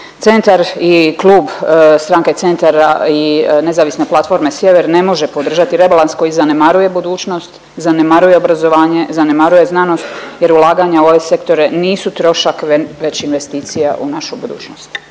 Centar i klub stranke Centar i Nezavisne platforme Sjever ne može podržati rebalans koji zanemaruje budućnost, zanemaruje obrazovanje, zanemaruje znanost jer ulaganja u ove sektore nisu trošak već investicija u našu budućnost.